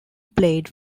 played